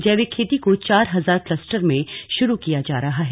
जैविक खेती को चार हजार क्लस्टर में शुरू किया जा रहा है